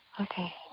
Okay